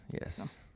yes